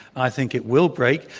i think it will break,